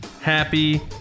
happy